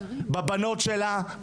בבנות שלה,